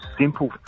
simple